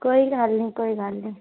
कोई गल्ल नी कोई गल्ल नी